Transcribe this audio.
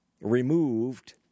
removed